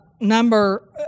Number